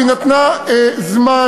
והיא נתנה זמן,